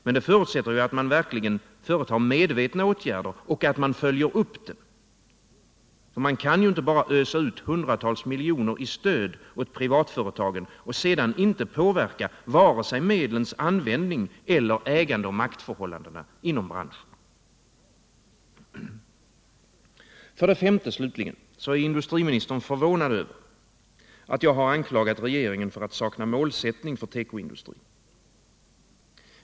Men det förutsätter att man verkligen företar medvetna åtgärder och att man följer upp dem. Man kan inte bara ösa ut hundratals miljoner i stöd åt privatföretagen och sedan inte påverka vare sig medlens användning eller ägandeoch maktförhållandena inom branschen. För det femte är industriministern förvånad över att jag anklagat regeringen för att sakna målsättning för tekoindustrin.